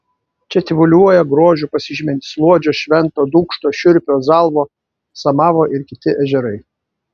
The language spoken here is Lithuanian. čia tyvuliuoja grožiu pasižymintys luodžio švento dūkšto šiurpio zalvo samavo ir kiti ežerai